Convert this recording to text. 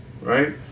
right